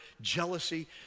jealousy